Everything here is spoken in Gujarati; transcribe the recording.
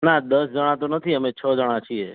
ના દસ જણા તો નથી અમે છ જણા છીએ